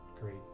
great